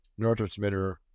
neurotransmitter